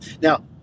Now